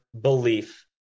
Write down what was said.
belief